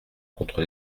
contre